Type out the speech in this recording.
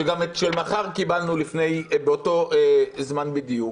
שגם את של מחר קיבלנו באותו זמן בדיוק